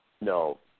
No